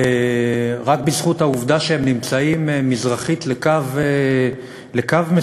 רק בזכות העובדה שהם נמצאים מזרחית לקו מסוים,